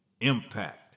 impact